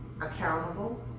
accountable